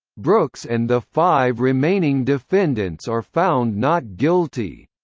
brooks and the five remaining defendants are found not guilty.